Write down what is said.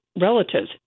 relatives